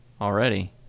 already